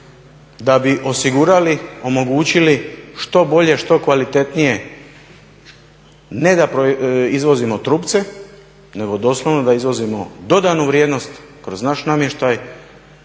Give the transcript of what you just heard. da bi osigurali, omogućili što bolje, što kvalitetnije ne da izvozimo trupce nego doslovno da izvozimo dodanu vrijednost kroz naš namještaj